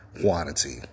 quantity